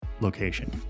location